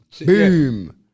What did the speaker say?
boom